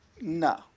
No